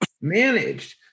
managed